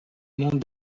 monde